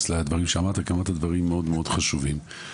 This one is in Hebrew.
לדברים שאמרת כי אמרת דברים חשובים מאוד.